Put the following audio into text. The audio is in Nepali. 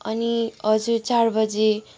अनि हजुर चार बजी